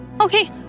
Okay